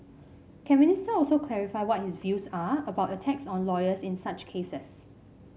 can Minister also clarify what his views are about attacks on lawyers in such cases